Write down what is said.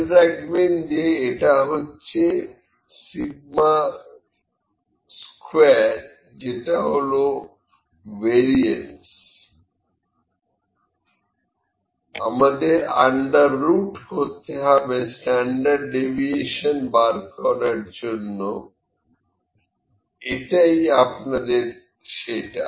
খেয়াল রাখবেন যে এটা হচ্ছে σ2 যেটা হলো ভেরিয়েন্স আমাদের আন্ডার রুট করতে হবে স্ট্যান্ডার্ড ডেভিয়েশন বার করার জন্য এটাই আপনাদের সেটা